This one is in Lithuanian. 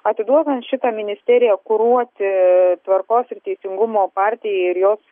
atiduodant šitą ministeriją kuruoti tvarkos ir teisingumo partijai ir jos